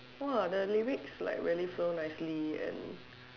!wah! the lyrics like really flow nicely and